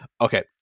Okay